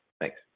Thanks